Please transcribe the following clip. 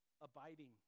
abiding